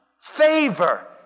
favor